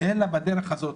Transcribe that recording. אלא בדרך הזאת,